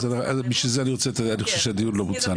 אני חושב שהדיון לא מוצה.